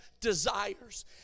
desires